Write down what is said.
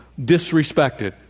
disrespected